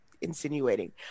insinuating